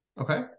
Okay